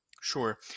Sure